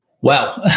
Wow